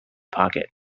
pocket